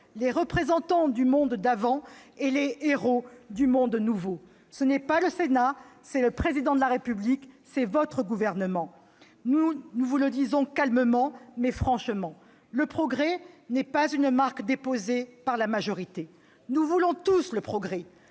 les représentants du monde d'avant et les hérauts du monde nouveau ? Ce n'est pas le Sénat, c'est le Président de la République, c'est votre gouvernement ! Absolument ! Nous vous le disons calmement, mais franchement : le progrès n'est pas une marque déposée par la majorité. Nous voulons tous le progrès.